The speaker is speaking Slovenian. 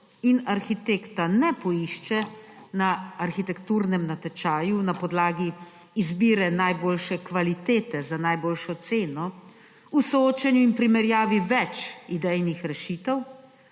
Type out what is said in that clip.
in arhitekta ne poišče na arhitekturnem natečaju na podlagi izbire najboljše kvalitete za najboljšo ceno v soočenju in primerjavi več idejnih rešitev,